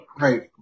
Right